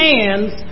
hands